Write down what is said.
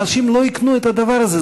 אנשים לא יקנו את הדבר הזה,